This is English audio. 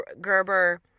Gerber